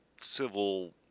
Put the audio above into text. civil